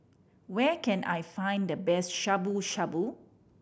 where can I find the best Shabu Shabu